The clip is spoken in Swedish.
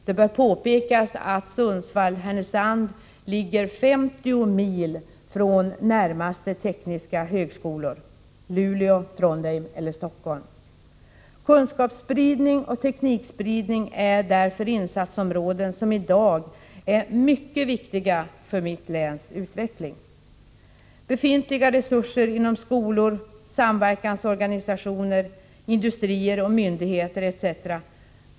Det bör påpekas att Sundsvall Härnösand ligger 50 mil från närmaste tekniska högskolor — Luleå, Trondheim eller Stockholm. Kunskapsspridning och teknikspridning är därför insatsområden som i dag är mycket viktiga för mitt läns utveckling. Befintliga resurser inom skolor, samverkansorganisationer, industrier och myndigheter etc.